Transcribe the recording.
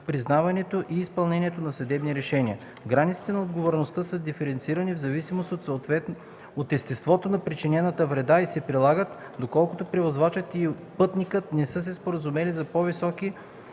признаването и изпълнението на съдебни решения. Границите на отговорността са диференцирани в зависимост от естеството на причинената вреда и се прилагат, доколкото превозвачът и пътникът не са се споразумели за по-високи